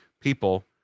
people